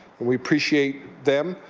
we appreciate them.